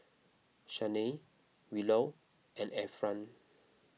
Shanae Willow and Efren